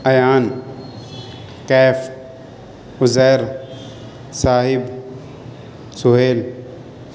Ayan Kaif Uzair Sahab Sohail